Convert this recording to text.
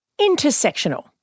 Intersectional